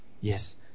Yes